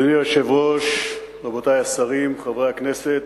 אדוני היושב-ראש, רבותי השרים, חברי הכנסת,